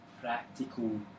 practical